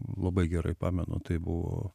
labai gerai pamenu tai buvo